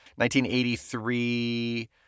1983